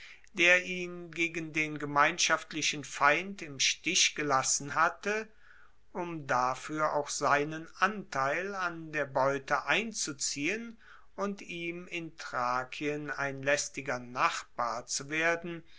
der ihn gegen den gemeinschaftlichen feind im stich gelassen hatte um dafuer auch seinen anteil an der beute einzuziehen und ihm in thrakien ein laestiger nachbar zu werden